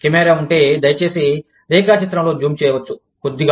camera ఉంటే దయచేసి రేఖాచిత్రంలో జూమ్ చేయవచ్చు కొద్దిగా